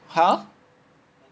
ha